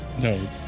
No